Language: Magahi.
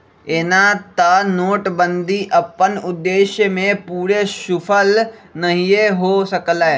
एना तऽ नोटबन्दि अप्पन उद्देश्य में पूरे सूफल नहीए हो सकलै